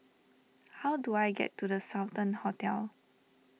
how do I get to the Sultan Hotel